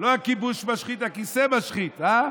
לא הכיבוש משחית, הכיסא משחית, אה?